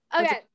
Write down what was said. Okay